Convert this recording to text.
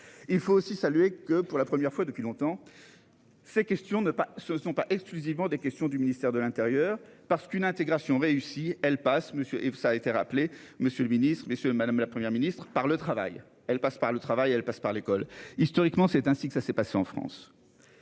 Il faut aussi saluer que pour la première fois depuis longtemps. Ces questions ne pas ce ne sont pas exclusivement des questions du ministère de l'Intérieur, parce qu'une intégration réussie, elle passe monsieur et vous, ça a été rappelé, Monsieur le Ministre, messieurs, madame, la Première ministre par le travail. Elle passe par le travail. Elle passe par l'école. Historiquement, c'est ainsi que ça s'est passé en France.